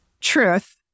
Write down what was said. Truth